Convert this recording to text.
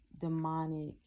demonic